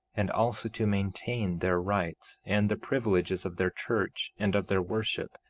and also to maintain their rights, and the privileges of their church and of their worship,